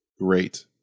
great